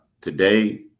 today